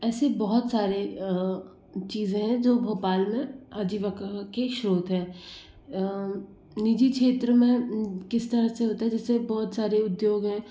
ऐसे बहुत सारे चीज़ें है जो भोपाल में आजीविका के स्त्रोत हैं निजी क्षेत्र में किस तरह से होता है जैसे बहुत सारे उद्योग हैं तो